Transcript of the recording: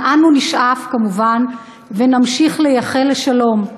אנו נשאף כמובן ונמשיך לייחל לשלום.